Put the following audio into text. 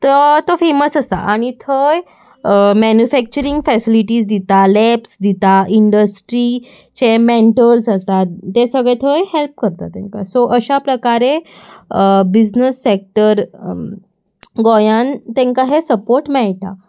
तर तो फेमस आसा आनी थंय मॅन्युफॅक्चरींग फॅसिलिटीज दिता लॅब्स दिता इंडस्ट्री चे मँटर्स आसतात ते सगळे थंय हॅल्प करतात तांकां सो अशा प्रकारे बिजनस सॅक्टर गोंयांत तांकां हे सपोर्ट मेळटा